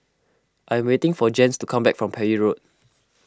I am waiting for Jens to come back from Parry Road